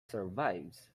survives